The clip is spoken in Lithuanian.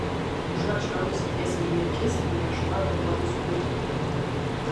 užuot žvelgusi tiesai į akis ji ieškojo paguodos butelyje